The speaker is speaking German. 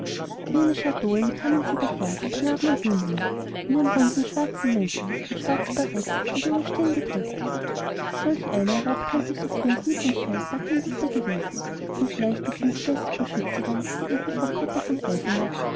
wie eine schar dohlen kamen sie daher die knaben und jünglinge in ihren runden schwarzen mänteln und schwarze baretts auf die junge stirn gedrückt solch einer war auch tante sophiens lieblingsheld martin luther gewesen und gleichgesinnt wie dessen beschützerin die edle frau cotta in eisenach